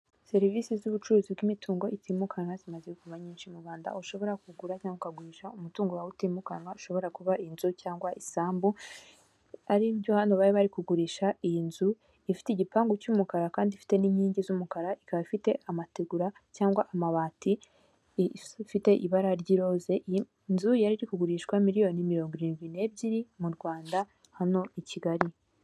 Serivisi z'ubucuruzi bw'imitungo itimukanwa zimaze kubama nyinshi mu rwanda ushobora kugura cyangwa ukagurisha umutungo wawe utimukanwa ushobora kuba inzu cyangwa isambu, ari byo hano bari bari kugurisha. Iyi nzu ifite igipangu cy'umukara kandi ifite n'inkingi z'umukara ikaba ifite amategura cyangwa amabati ifite ibara ry'iroze, iyi nzu yari kugurishwa miliyoni mirongorindwi n'ebyiri mu rwanda hano i kigali.